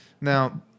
Now